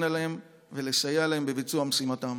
עליהם ולסייע עליהם בביצוע משימתם.